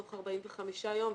תוך 45 ימים.